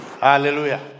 Hallelujah